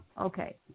Okay